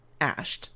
ashed